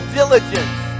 diligence